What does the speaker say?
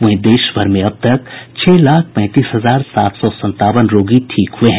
वहीं देश भर में अब तक छह लाख पैंतीस हजार सात सौ संतावन रोगी ठीक हुए हैं